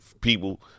people